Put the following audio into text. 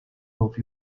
nov